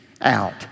out